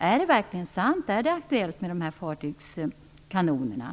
Är det verkligen sant, är de här fartygskanonerna aktuella för export?